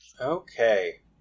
Okay